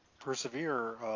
persevere